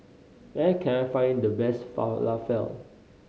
where can I find the best Falafel